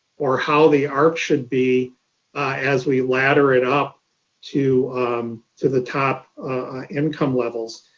or how the arc should be as we ladder it up to to the top income levels.